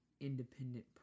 independent